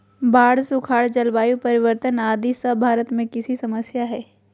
बाढ़, सुखाड़, जलवायु परिवर्तन आदि सब भारत में कृषि समस्या हय